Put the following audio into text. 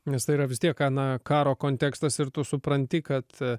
nes tai yra vis tiek na karo kontekstas ir tu supranti kad